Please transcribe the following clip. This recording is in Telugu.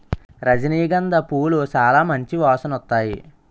రజనీ గంధ పూలు సాలా మంచి వాసనొత్తాయి